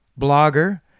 blogger